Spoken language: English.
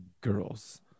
girls